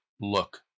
look